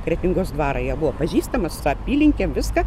kretingos dvarą jau buvo pažįstamas su ta apylinke viską